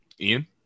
Ian